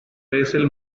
basil